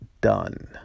done